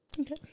Okay